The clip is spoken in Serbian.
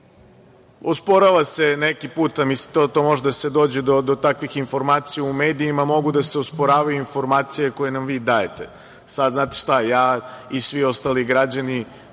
bitan. Osporava se neki put, a mislim da može da se dođe do takvih informacija u medijima, mogu da se osporavaju informacije koje nam vi dajete. Sada znate šta? Ja a i svi ostali građani